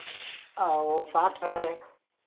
वह साठ है